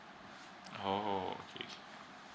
oo okay okay